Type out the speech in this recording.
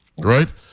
Right